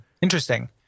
interesting